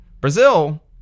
Brazil